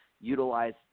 utilize